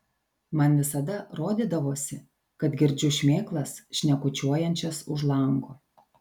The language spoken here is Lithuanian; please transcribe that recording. man visada rodydavosi kad girdžiu šmėklas šnekučiuojančias už lango